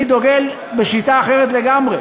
אני דוגל בשיטה אחרת לגמרי: